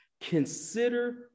Consider